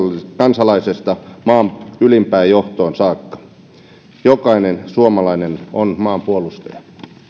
kansalaisesta maan ylimpään johtoon saakka jokainen suomalainen on maanpuolustaja